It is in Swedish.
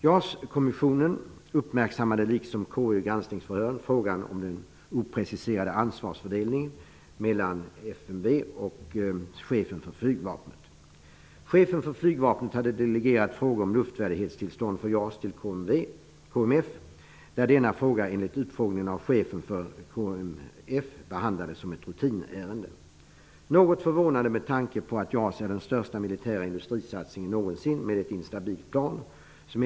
JAS-kommissionen uppmärksammade, liksom KU vid granskningsförhör, frågan om den opreciserade ansvarsfördelningen mellan FMV och chefen för flygvapnet. Chefen för flygvapnet hade till KMF Frågan behandlades enligt formuleringen av chefen för KMF som ett rutinärende. Detta är något förvånande med tanke på att JAS är den största militära industrisatsningen på ett instabilt plan som någonsin gjorts.